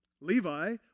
Levi